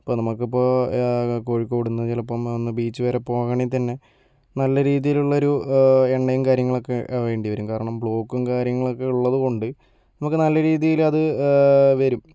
അപ്പോൾ നമുക്കിപ്പോൾ ആ കോഴികോടിന്ന് ചിലപ്പം ഒന്ന് ബീച്ച് വരെ പോകണമെങ്കിൽ തന്നെ നല്ല രീതിലുള്ളൊരു എണ്ണയും കാര്യങ്ങളൊക്കെ വേണ്ടിവരും കാരണം ബ്ലോക്കും കാര്യങ്ങളൊക്കെ ഉള്ളത് കൊണ്ട് നമ്മക്ക് നല്ല രീതില് അത് വരും